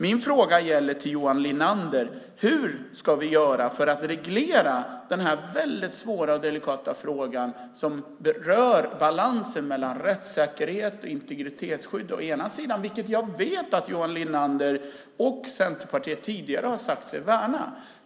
Min fråga till Johan Linander gäller hur vi ska göra för att reglera den svåra och delikata fråga som berör balansen mellan rättssäkerhet och integritetsskydd - vilket jag vet att Johan Linander och Centerpartiet tidigare har sagt sig värna.